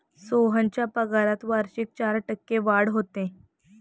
सोहनच्या पगारात वार्षिक चार टक्के वाढ होते